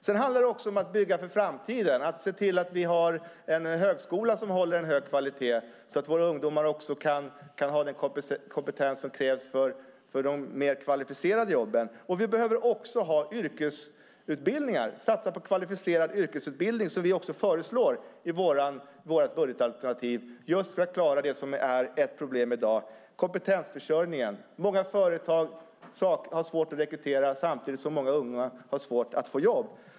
Det handlar också om att bygga för framtiden och se till att vi har en högskola med hög kvalitet så att våra ungdomar får den kompetens som krävs för mer kvalificerade jobb. Vi måste satsa på kvalificerad yrkesutbildning, vilket vi föreslår i vårt budgetalternativ, för att klara kompetensförsörjningen som är ett problem i dag. Många företag har svårt att rekrytera samtidigt som många unga har svårt att få jobb.